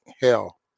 hell